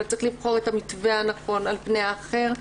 אבל צריך לבחור את המתווה הנכון על פני האחר,